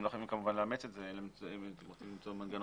אתם כמובן לא חייבים לאמץ את זה אלא למצוא מנגנון